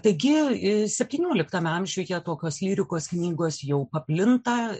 taigi septynioliktame amžiuje tokios lyrikos knygos jau paplinta